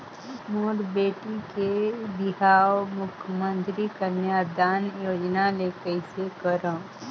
मोर बेटी के बिहाव मुख्यमंतरी कन्यादान योजना ले कइसे करव?